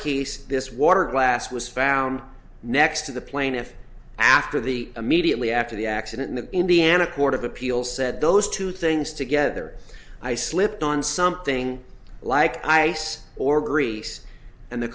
case this water glass was found next to the plaintiff after the immediately after the accident in the indiana court of appeals said those two things together i slipped on something like ice or grease and the